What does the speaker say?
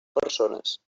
persones